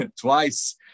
twice